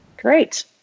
Great